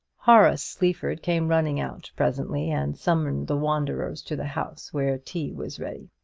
horace sleaford came running out presently, and summoned the wanderers to the house, where tea was ready.